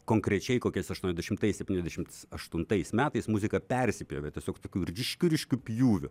konkrečiai kokiais aštuoniasdešimtais septyniasdešimt aštuntais metais muzika persipjovė tiesiog tokiu ryškiu ryškiu pjūviu